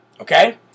okay